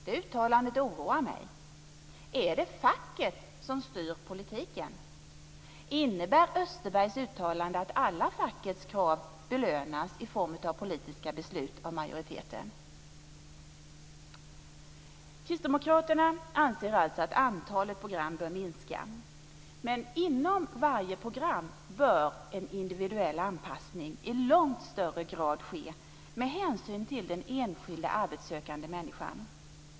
Det uttalandet oroar mig. Är det facket som styr politiken? Innebär Österbergs uttalande att fackets alla krav belönas i form av politiska beslut av majoriteten? Kristdemokraterna anser alltså att antalet program bör minska. Men inom varje program bör en individuell anpassning i långt högre grad ske, med hänsyn tagen till den enskilda arbetssökande människan.